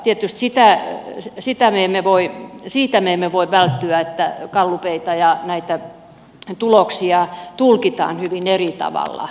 tietysti tää sitä me emme voi siitä me emme voi välttyä että gallupeita ja näitä tuloksia tulkitaan hyvin eri tavalla